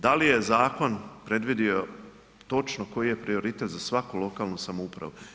Da li je zakon predvidio točno koji je prioritet za svaku lokalnu samoupravu?